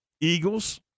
eagles